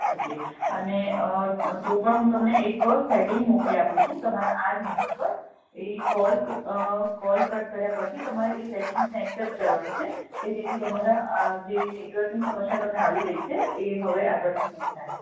okay અને હ તો પણ હું તમને એક સેટિંગ મોકલી આપું છું તમારા આ જ નંબર પર એ કોલ કોલ કટ કર્યા પછી તમારે એ સેટિંગ્સને એક્સેપ્ટ કરવાનું છે કે જેથી તમારા આ જે નેટવર્કની સમસ્યા તમને આવી રહી છે એ હવે આગળથી નહીં થાય